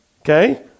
okay